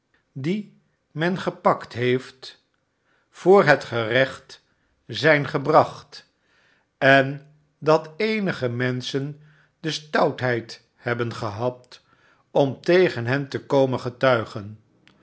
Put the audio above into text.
die men gepakt heeft voor het gerecht zijn gebracht en dat eenige menschen de stoutheid hebben gehad om tegen hen te komen getuigen